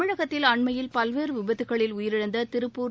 தமிழகத்தில் அண்மையில் பல்வேறு விபத்துக்களில் உயிரிழந்த திருப்பூர்